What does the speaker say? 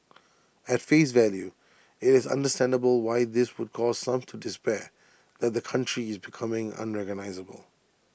at face value IT is understandable why this would cause some to despair that the country is becoming unrecognisable